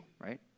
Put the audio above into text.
right